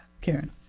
Karen